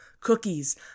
Cookies